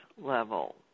level